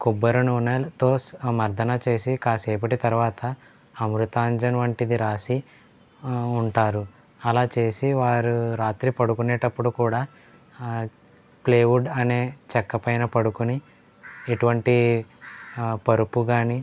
కొబ్బరి నూనెలతో మర్దనా చేసి కాసేపటి తరువాత అమృతాంజన్ వంటిది రాసి ఉంటారు అలా చేసి వారు రాత్రి పడుకునేటప్పుడు కూడా ప్లైవుడ్ అనే చెక్క పైన పడుకుని ఎటువంటి పరుపు కానీ